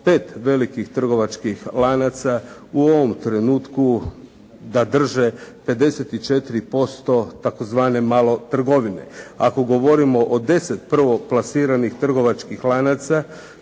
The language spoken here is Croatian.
5 velikih trgovačkih lanaca u ovom trenutku da drže 54% tzv. male trgovine. Ako govorimo o 10 prvoplasiranih trgovačkih lanaca,